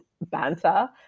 banter